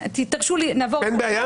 תרשו לי, נעבור אחד-אחד.